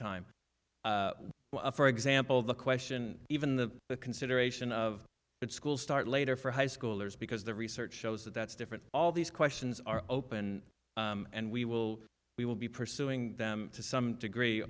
time for example the question even the consideration of that school start later for high schoolers because the research shows that that's different all these questions are open and we will we will be pursuing them to some degree